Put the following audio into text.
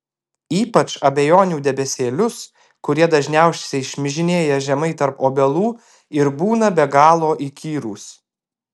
ypač abejonių debesėlius kurie dažniausiai šmižinėja žemai tarp obelų ir būna be galo įkyrūs